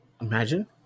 imagine